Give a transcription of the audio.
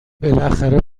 بالاخره